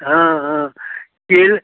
हाँ हाँ तेल